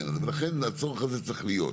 ולכן הצורך הזה צריך להיות.